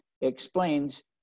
explains